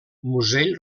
musell